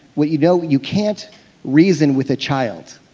but you know you can't reason with a child,